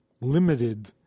limited